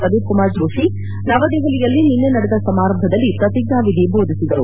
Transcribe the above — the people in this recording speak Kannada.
ಪ್ರದೀಪ್ ಕುಮಾರ್ ಜೋಡಿ ನವದೆಹಲಿಯಲ್ಲಿ ನಿನ್ನೆ ನಡೆದ ಸಮಾರಂಭದಲ್ಲಿ ಪ್ರತಿಜ್ಞಾವಿಧಿ ಬೋಧಿಸಿದರು